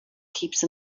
keeps